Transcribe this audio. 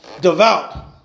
devout